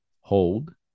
Hold